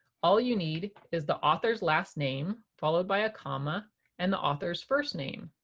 all you need is the author's last name followed by a comma and the author's first name.